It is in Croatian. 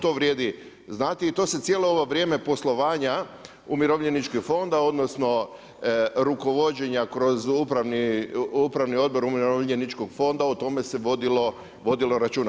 To vrijedi znate i to se cijelo ovo vrijeme poslovanja Umirovljeničkog fonda, odnosno rukovođenja kroz Upravni odbor Umirovljeničkog fonda o tome se vodilo računa.